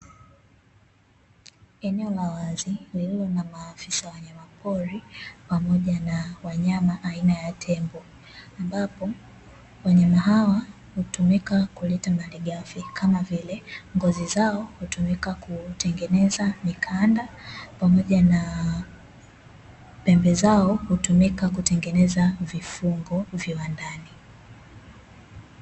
Eneo la wazi lililo na maafisa wa wanyama pori pamoja na wanyama aina ya tembo, ambapo wanyama hawa hutumika kuleta malighafi kama vile: ngozi zao hutumika kutengeneza mikanda pamoja na pembe zao hutumika kutengeneza vifungo viwandani .